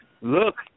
look